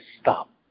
stop